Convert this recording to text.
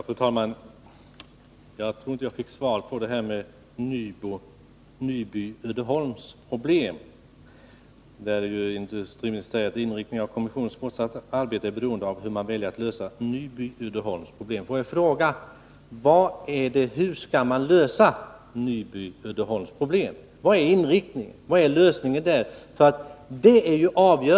Fru talman! Jag tror inte att jag fick något svar på frågan om Nyby Uddeholms problem. Industriministern säger att inriktningen av kommissionens fortsatta arbete är beroende av det sätt på vilket man väljer att lösa Nyby Uddeholms problem. Jag vill fråga: Hur skall man lösa Nyby Uddeholms problem? Vilken är inriktningen? Vad finns det för lösning i detta sammanhang?